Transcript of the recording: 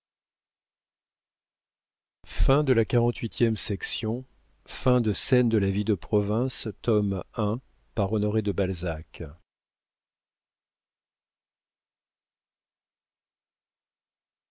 e de scène de la vie de province tome i author honoré de balzac